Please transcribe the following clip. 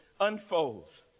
unfolds